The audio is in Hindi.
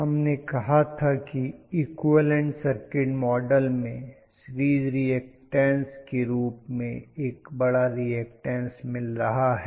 हमने कहा था कि इक्विवलन्ट सर्किट मॉडल में सिरीज़ रीऐक्टन्स के रूप में एक बड़ा रीऐक्टन्स मिल रहा है